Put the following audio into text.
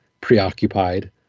preoccupied